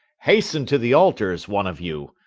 hasten to the altars, one of you.